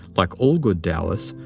like all good taoists,